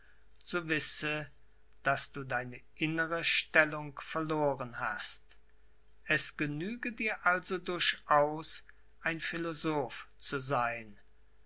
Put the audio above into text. so wisse daß du deine innere stellung verloren hast es genüge dir also durchaus ein philosoph zu sein